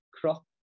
crop